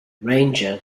ranger